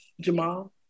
Jamal